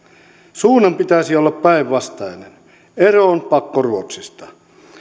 suunnan pitäisi olla päinvastainen eroon pakkoruotsista